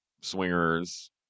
swingers